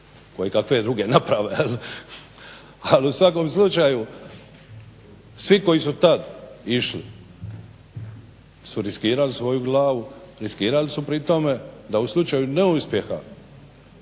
kojekakve druge naprave, ali u svakom slučaju svi koji su tad išli su riskirali svoju glavu, riskirali su pri tome da u slučaju neuspjeha